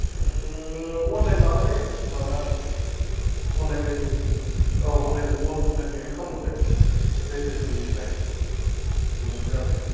online माबा जायो माबा अनलाइन रेजिट्रेसन औ अन अनलाइन पेमेन्ट खालामहरदो रेसट्रेसननि थाखाय बिदिबानो जाबाय आरो